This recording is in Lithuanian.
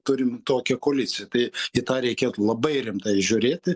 turim tokią koaliciją tai į tą reikėtų labai rimtai žiūrėti